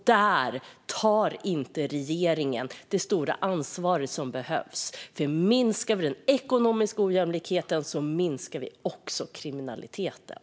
Där tar inte regeringen det stora ansvar som behövs. Om vi minskar den ekonomiska ojämlikheten minskar vi också kriminaliteten.